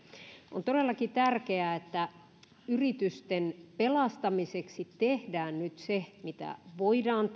on todellakin tärkeää että yritysten pelastamiseksi tehdään nyt se mitä voidaan